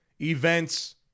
events